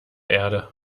erde